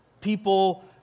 people